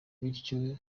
bityo